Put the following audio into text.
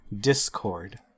Discord